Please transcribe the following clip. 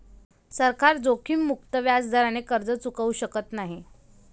सरकार जोखीममुक्त व्याजदराने कर्ज चुकवू शकत नाही